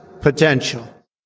potential